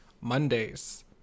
Mondays